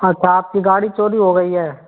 अच्छा आपकी गाड़ी चोरी हो गई है